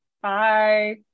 Bye